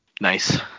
Nice